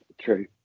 true